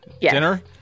Dinner